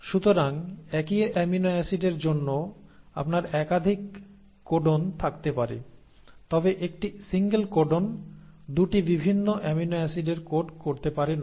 সুতরাং একই অ্যামিনো অ্যাসিডের জন্য আপনার একাধিক কোডন থাকতে পারে তবে একটি সিঙ্গেল কোডন 2 টি বিভিন্ন অ্যামিনো অ্যাসিডের কোড করতে পারে না